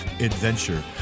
adventure